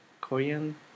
Korean